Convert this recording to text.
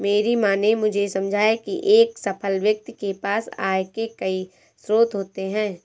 मेरी माँ ने मुझे समझाया की एक सफल व्यक्ति के पास आय के कई स्रोत होते हैं